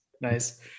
Nice